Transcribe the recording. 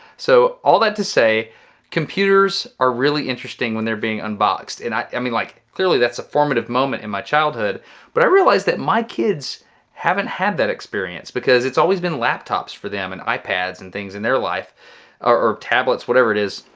so all that to say computers are really interesting when they're being unboxed and i mean like clearly that's a formative moment in my childhood but i realized that my kids haven't had that experience because it's always been laptops for them and ipads and things in their life or tablets, whatever it is.